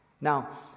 Now